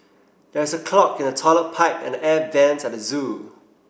there is a clog in the toilet pipe and the air vents at the zoo